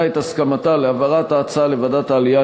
את הסכמתה להעברת ההצעה לוועדת העלייה,